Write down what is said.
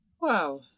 Wow